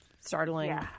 startling